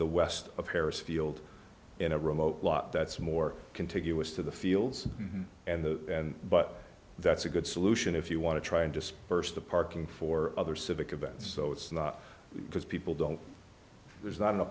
the west of paris field in a remote lot that's more contiguous to the fields and the but that's a good solution if you want to try and disperse the parking for other civic events so it's not because people don't there's not